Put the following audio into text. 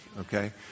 Okay